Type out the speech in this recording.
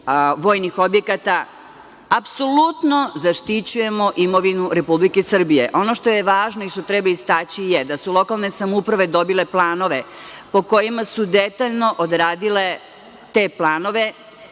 vojnih objekata, apsolutno zaštićujemo imovinu Republike Srbije. Ono što je važno i što treba istaći je da su lokalne samouprave dobile planove po kojima su detaljno odradile te planove,